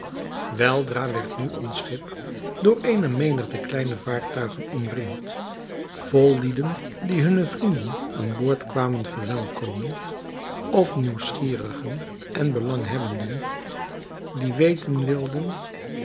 weldra werd nu ons schip door eene menigte kleine vaartuigen omringd vol lieden die hunne vrienden aan boord kwamen verwelkommen of nieuwsgierigen en belanghebbenden die weten wilden